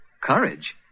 Courage